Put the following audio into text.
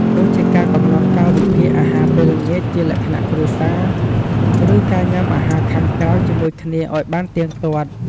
ដូចជាការកំណត់កាលវិភាគអាហារពេលល្ងាចជាលក្ខណៈគ្រួសារ ឬការញ៉ាំអាហារខាងក្រៅជាមួយគ្នាឱ្យបានទៀងទាត់។